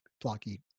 blocky